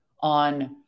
on